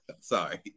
sorry